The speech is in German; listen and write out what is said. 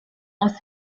aus